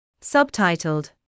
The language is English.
Subtitled